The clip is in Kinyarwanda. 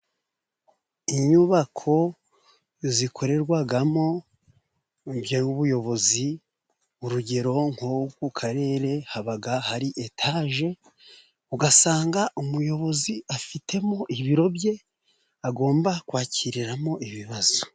Inyubako zikorerwamo n'ubuyobozi, urugero nko ku karere haba hari etaje, ugasanga umuyobozi afitemo ibiro bye agomba kwakiriramo ibibazo.